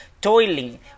toiling